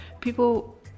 People